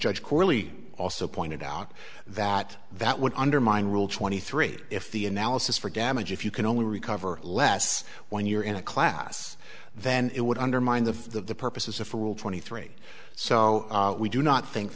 judge corley also pointed out that that would undermine rule twenty three if the analysis for damage if you can only recover less when you're in a class then it would undermine the purposes of for rule twenty three so we do not think